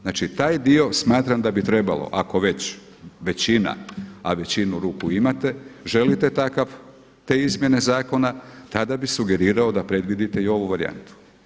Znači taj dio smatram da bi trebalo ako već većina, a većinu ruku imate želite takav, te izmjene zakona tada bih sugerirao da predvidite i ovu varijantu.